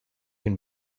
can